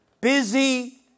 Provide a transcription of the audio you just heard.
busy